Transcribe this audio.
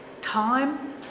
Time